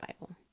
Bible